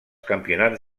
campionats